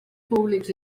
públics